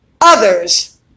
others